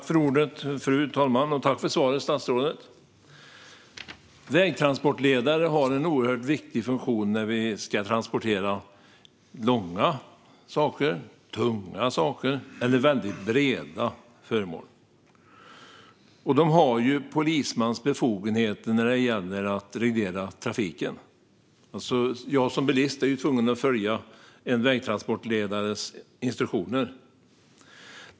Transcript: Fru talman! Tack, statsrådet, för svaret! Vägtransportledare har en oerhört viktig funktion när långa, tunga eller väldigt breda saker ska transporteras. De har polismans befogenheter när det gäller att reglera trafiken. Jag som bilist är tvungen att följa en vägtransportledares instruktioner.